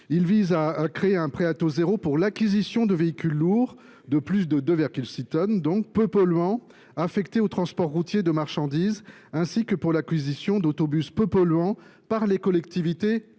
Il s’agit de créer un prêt à taux zéro pour l’acquisition de véhicules lourds de plus de 2,6 tonnes, peu polluants et affectés au transport routier de marchandises, ainsi que pour l’acquisition d’autobus peu polluants par les collectivités